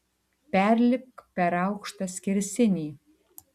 perlipk per aukštą skersinį